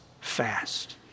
fast